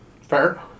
Fair